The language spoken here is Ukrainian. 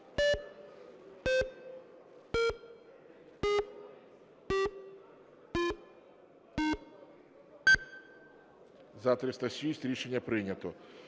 За-306 Рішення прийнято.